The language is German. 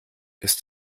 ist